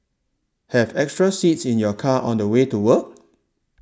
have extra seats in your car on the way to work